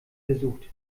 versucht